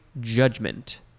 judgment